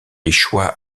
échoit